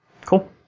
Cool